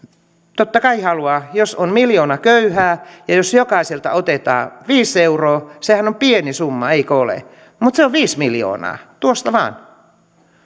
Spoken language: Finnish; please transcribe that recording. totta kai haluaa jos on miljoona köyhää ja jos jokaiselta otetaan viisi euroa niin sehän on pieni summa eikö ole mutta se on viisi miljoonaa tuosta vain